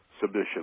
submission